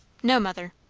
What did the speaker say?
no, mother.